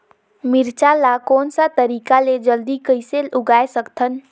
मिरचा ला कोन सा तरीका ले जल्दी कइसे उगाय सकथन?